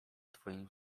twoim